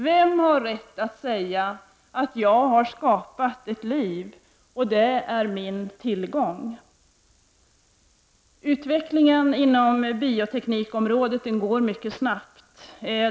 Vem har rätt att säga att jag har skapat ett liv och att det är min tillgång? Utvecklingen inom bioteknikområdet går mycket snabbt.